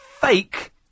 fake